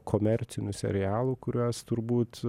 komercinių serialų kuriuos turbūt